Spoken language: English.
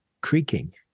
creaking